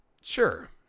Sure